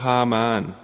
Haman